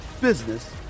business